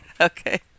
Okay